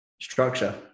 structure